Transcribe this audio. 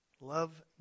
Love